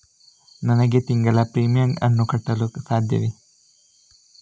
ನನಗೆ ತಿಂಗಳ ಪ್ರೀಮಿಯಮ್ ಅನ್ನು ಕಟ್ಟಲು ಸಾಧ್ಯವೇ?